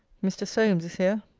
mr. solmes is here.